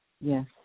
Yes